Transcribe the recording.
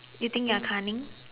you think you are cunning